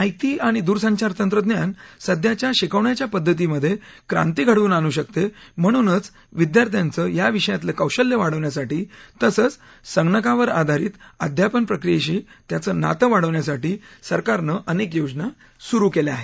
माहिती आणि दूरसंचार तंत्रज्ञान सध्याच्या शिकवण्याच्या पद्धतीमधे क्रांती घडवून आणू शकतो म्हणूनच विद्यार्थ्यांचं याविषयातलं कौशल्य वाढवण्यासाठी तसंच संगणकाधारित अध्यापन प्रक्रियेशी त्यांचं नातं वाढवण्यासाठी सरकारनं अनेक योजना सुरु केल्या आहेत